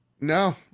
No